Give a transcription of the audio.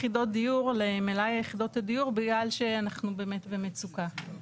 בגלל שאנחנו באמת במצוקה.